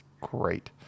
great